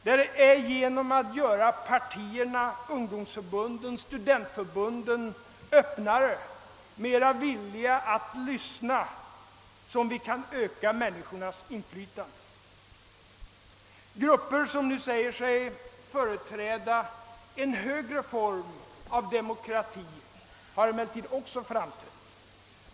Det är genom att göra partierna, ungdomsförbunden och studentförbunden öppnare, mera villiga att lyssna, som vi kan öka medborgarnas inflytande. Det har emellertid också framträtt vissa grupper som säger sig företräda en högre form av demokrati.